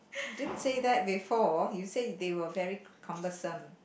you didn't say that before you say they were very c~ cumbersome